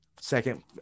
Second